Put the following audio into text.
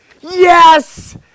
Yes